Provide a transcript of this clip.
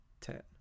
ten